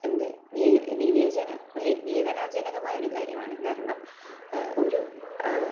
എന്ത് വിവേചന വേദനാജനകമായൊരു കാര്യമാണ് കാരണം ഒരു